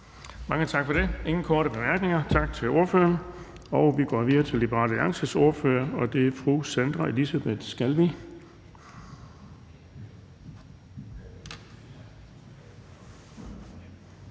Bonnesen): Der er ingen korte bemærkninger. Tak til ordføreren. Vi går videre til Liberal Alliances ordfører, fru Sandra Elisabeth Skalvig.